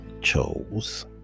chose